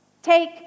Take